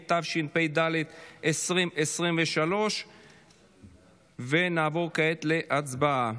התשפ"ד 2023. נעבור כעת להצבעה.